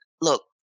look